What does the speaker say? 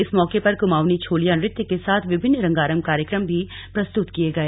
इस मौके पर क्माऊंनी छोलिया नृत्य के साथ विभिन्न रंगारंग कार्यक्रम भी प्रस्तुत किये गए